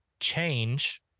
Change